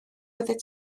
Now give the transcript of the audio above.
oeddet